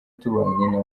tubanye